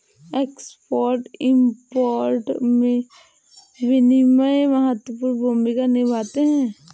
export import में विनियमन महत्वपूर्ण भूमिका निभाता है